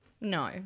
No